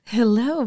Hello